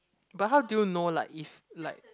but how do you know like if like